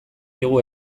digu